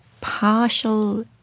partial